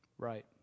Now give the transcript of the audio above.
Right